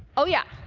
oh, yeah,